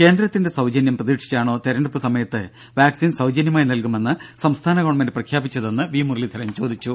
കേന്ദ്രത്തിന്റെ സൌജന്യം പ്രതീക്ഷിച്ചാണോ തിരഞ്ഞെടുപ്പ് സമയത്ത് വാക്സിൻ സൌജന്യമായി നൽകുമെന്ന് സംസ്ഥാന ഗവൺമെന്റ് പ്രഖ്യാപിച്ചതെന്ന് മുരളീധരൻ ചോദിച്ചു